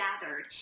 Gathered